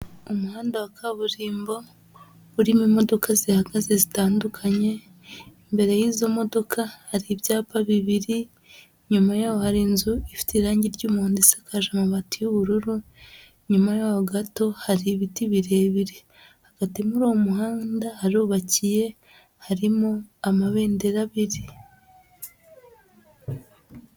Umuhanda wa kaburimbo uririmo imodoka zihagaze zitandukanye, imbere y'izo modoka hari ibyapa bibiri, inyuma yaho hari inzu ifite irangi ry'umuhondo isakaje amabati y'ubururu, inyuma yaho gato hari ibiti birebire hagati muri uwo muhanda harubakiye harimo amabendera abiri.